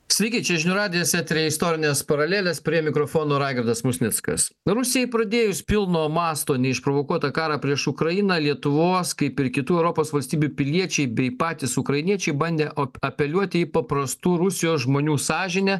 sveiki čia žinių radijas eteryje istorinės paralelės prie mikrofono raigardas musnickas rusijai pradėjus pilno masto neišprovokuotą karą prieš ukrainą lietuvos kaip ir kitų europos valstybių piliečiai bei patys ukrainiečiai bandė op apeliuoti į paprastų rusijos žmonių sąžinę